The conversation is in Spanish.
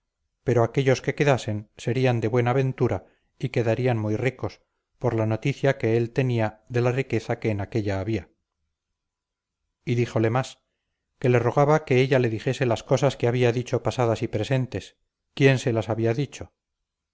pero aquéllos que quedasen serían de buena ventura y quedarían muy ricos por la noticia que él tenía de la riqueza que en aquélla había y díjole más que le rogaba que ella le dijese las cosas que había dicho pasadas y presentes quién se las había dicho